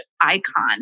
Icon